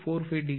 45 degree